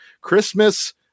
Christmas